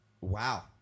Wow